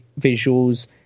visuals